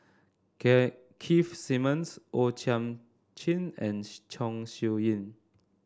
Keith Simmons O Thiam Chin and Chong Siew Ying